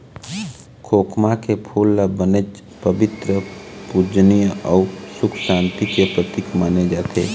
खोखमा के फूल ल बनेच पबित्तर, पूजनीय अउ सुख सांति के परतिक माने जाथे